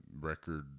record